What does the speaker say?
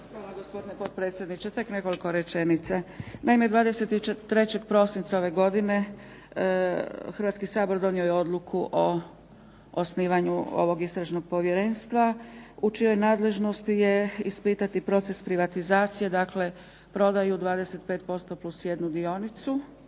Hvala gospodine potpredsjedniče. Tek nekoliko rečenica. Naime 23. prosinca ove godine Hrvatski sabor donio je odluku o osnivanju ovog istražnog povjerenstva, u čijoj nadležnosti je ispitati proces privatizacije, dakle prodaju 25% plus jednu dionicu